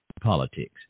politics